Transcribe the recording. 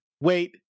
Wait